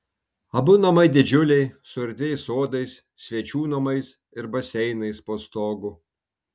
abu namai didžiuliai su erdviais sodais svečių namais ir baseinais po stogu